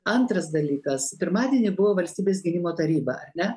antras dalykas pirmadienį buvo valstybės gynimo taryba ar ne